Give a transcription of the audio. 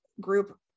group